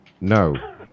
No